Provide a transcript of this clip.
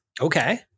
Okay